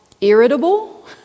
irritable